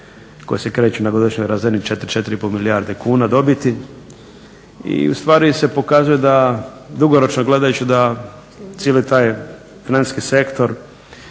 koji se kreću na godišnjoj razini 4, 4,5 milijarde kuna dobiti i ustvari se pokazuje dugoročno gledajući da cijeli taj financijski sektor